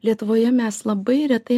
lietuvoje mes labai retai